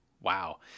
wow